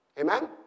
Amen